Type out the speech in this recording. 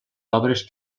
obres